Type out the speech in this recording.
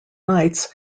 nights